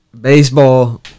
baseball